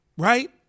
Right